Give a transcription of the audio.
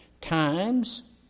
times